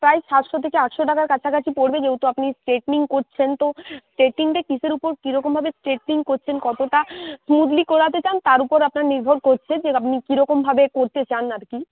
প্রায় সাতশো থেকে আটশো টাকার কাছাকাছি পড়বে যেহেতু আপনি স্ট্রেটনিং করছেন তো স্ট্রেট নিংটা কীসের উপর কীরকমভাবে স্ট্রেটনিং কতোটা স্মুদলি করাতে চান তার উপর আপনার নির্ভর করছে যে আপনি কীরকমভাবে করতে চান আর কি